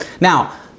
now